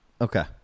Okay